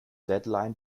deadline